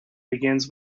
begins